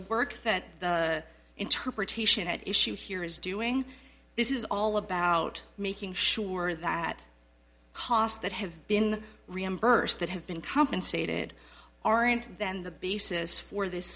work that the interpretation at issue here is doing this is all about making sure that costs that have been reimbursed that have been compensated are and then the basis for this